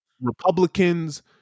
Republicans